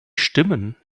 stimmen